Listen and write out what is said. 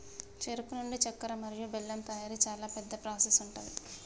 చెరుకు నుండి చెక్కర మరియు బెల్లం తయారీ చాలా పెద్ద ప్రాసెస్ ఉంటది